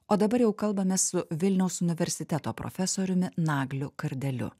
o dabar jau kalbamės su vilniaus universiteto profesoriumi nagliu kardeliu